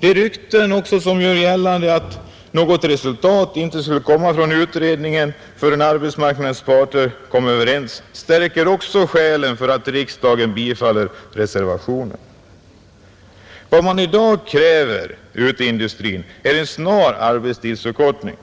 De rykten som gör gällande att något resultat inte skulle komma från utredningen förrän arbetsmarknadens parter kommit överens, stärker också skälen för att riksdagen bifaller reservationen, Vad man i dag kräver ute i industrin är en snar arbetstidsförkortning.